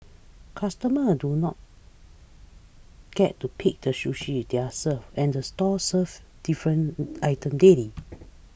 customers do not get to pick the sushi they are served and the store serves different items daily